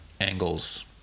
angles